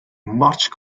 much